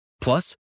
Plus